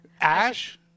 Ash